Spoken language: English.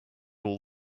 all